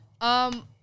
Um-